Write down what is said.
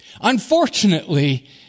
Unfortunately